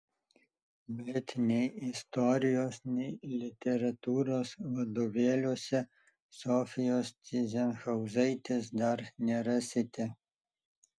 bet nei istorijos nei literatūros vadovėliuose sofijos tyzenhauzaitės dar nerasite